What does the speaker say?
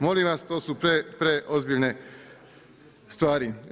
Molim vas, to su preozbiljne stvari.